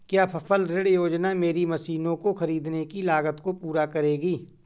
क्या फसल ऋण योजना मेरी मशीनों को ख़रीदने की लागत को पूरा करेगी?